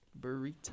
Burrito